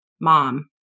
mom